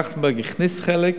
טרכטנברג הכניס חלק,